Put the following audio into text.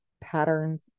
patterns